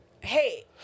hey